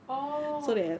oh